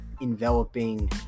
enveloping